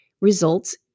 results